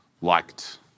liked